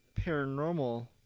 paranormal